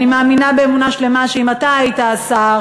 ואני מאמינה באמונה שלמה שאם אתה היית השר